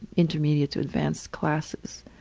intermediate to advanced classes.